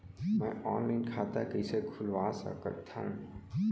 मैं ऑनलाइन खाता कइसे खुलवा सकत हव?